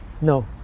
No